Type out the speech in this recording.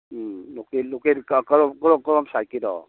ꯎꯝ local ꯀꯗꯣꯝ ꯁꯥꯏꯠꯀꯤꯅꯣ